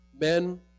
Men